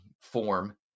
form